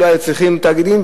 ולא היו צריכים תאגידים.